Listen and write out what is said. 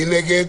מי נגד?